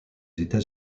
états